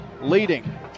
leading